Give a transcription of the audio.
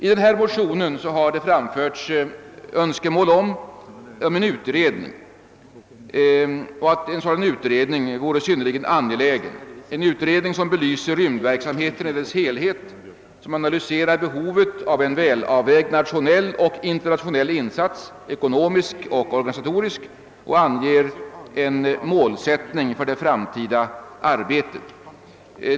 I motionen i fråga har det framförts önskemål om en utredning, som vore synnerligen angelägen, en utredning som belyser rymdverksamheten i dess helhet, som analyserar behovet av en välavvägd nationell och internationell insats ekonomiskt och organisatoriskt och som anger en målsättning för det framtida arbetet.